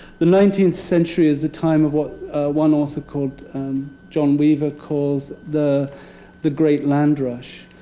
the nineteenth century is a time of what one author called john weaver calls the the great land rush.